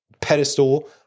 pedestal